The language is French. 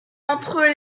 entre